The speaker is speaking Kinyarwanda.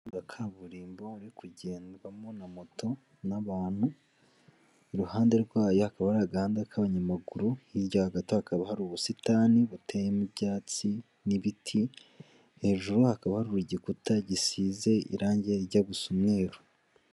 Umuhanda wa kaburimbo uri kugendwamo na moto n'abantu, iruhande rwayo hakaba hari agahandada k'abanyamaguru, hirya yaho gato hakaba hari ubusitani buteyemo ibyatsi n'ibiti, hejuru hakaba hari igikuta gisize irangi rijya gusa umweru.